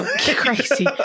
crazy